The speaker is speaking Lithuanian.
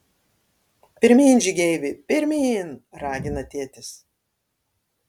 pirmyn žygeivi pirmyn ragina tėtis